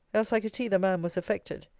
else i could see the man was affected.